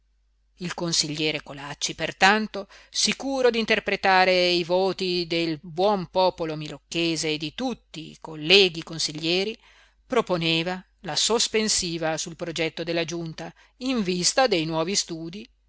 il consigliere colacci pertanto sicuro d'interpretare i voti del buon popolo milocchese e di tutti i colleghi consiglieri proponeva la sospensiva sul progetto della giunta in vista dei nuovi studii